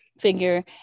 figure